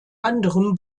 anderem